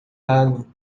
água